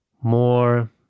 more